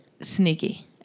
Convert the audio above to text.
Sneaky